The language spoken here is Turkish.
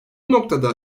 noktada